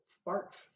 sparks